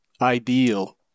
ideal